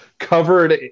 Covered